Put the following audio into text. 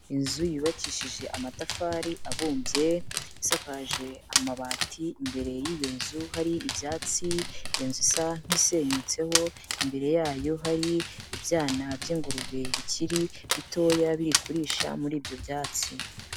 Inzu yubakishije amatafari abumbye, isakaje amabati, imbere y'iyo nzu hari ibyatsi, inzu isa nk'isenyutseho, imbere yayo hari ibyana by'ingurube bikiri bitoya biri kurisha muri ibyo byatsi.